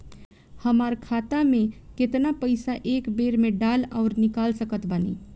हमार खाता मे केतना पईसा एक बेर मे डाल आऊर निकाल सकत बानी?